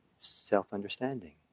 self-understanding